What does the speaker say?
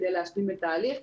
כדי להשלים את ההליך.